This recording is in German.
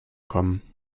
kommen